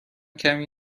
کمی